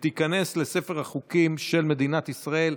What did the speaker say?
ותיכנס לספר החוקים של מדינת ישראל.